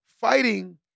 fighting